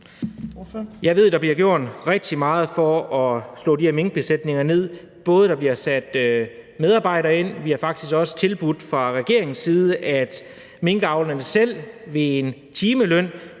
Jeg ved, at der bliver gjort rigtig meget for at slå de her minkbesætninger ned. Der bliver sat medarbejdere ind, og vi har faktisk også tilbudt fra regeringens side, at minkavlerne selv for en timeløn